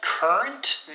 Current